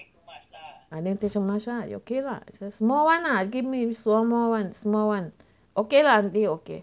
I never take so much lah okay lah so small one lah give me small one small one okay lah auntie okay